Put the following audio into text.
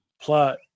Plot